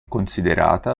considerata